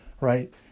right